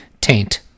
taint